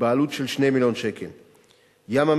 בעלות של 2 מיליון שקל, ים-המלח,